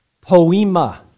poema